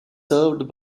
served